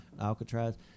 Alcatraz